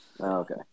Okay